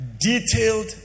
Detailed